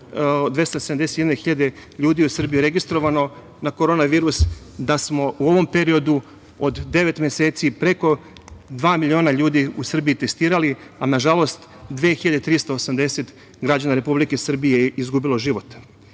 271.000 ljudi u Srbiji registrovano na korona virus da smo u ovom periodu od devet meseci preko dva miliona ljudi u Srbiji testirali, a nažalost 2.380 građana Republike Srbije je izgubilo život. Ono